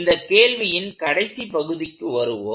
இந்த கேள்வியின் கடைசிப் பகுதிக்கு வருவோம்